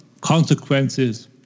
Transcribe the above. consequences